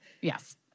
Yes